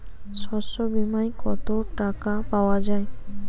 শস্য বিমায় কত টাকা পাওয়া যায়?